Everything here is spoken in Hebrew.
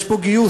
יש פה גיוס,